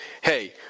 hey